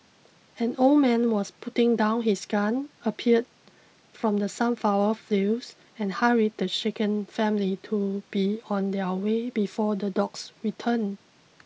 an old man was putting down his gun appeared from the sunflower fields and hurried the shaken family to be on their way before the dogs return